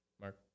Mark